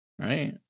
right